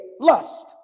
lust